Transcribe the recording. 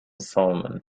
salmon